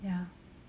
ya